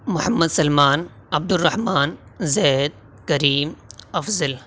Muhammad Salman Abdul Rahman Zaid Karim Afzal